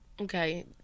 okay